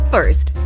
First